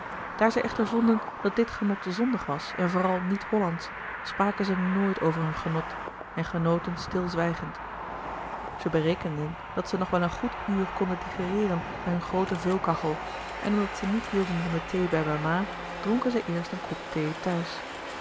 daar zij echter vonden dat dit genot zondig was en vooral niet hollandsch spraken ze nooit over hun genot en genoten stilzwijgend zij berekenden dat zij nog wel een goed uur konden digereeren bij hunne groote vulkachel en omdat zij niet hielden van de thee bij mama dronken zij eerst een kop thee thuis